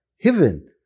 heaven